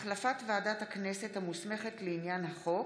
(החלפת ועדת הכנסת המוסמכת לעניין החוק),